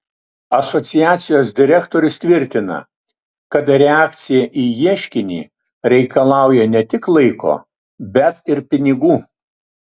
asociacijos direktorius tvirtina kad reakcija į ieškinį reikalauja ne tik laiko bet ir pinigų